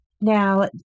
Now